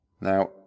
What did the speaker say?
Now